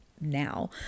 now